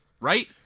Right